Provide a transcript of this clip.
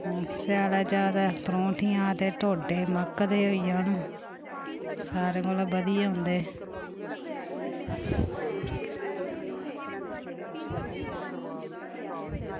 स्यालै जादै परौंठियां ते टोड्डे मक्क दे होई जान सारें कोला बधिया होंदे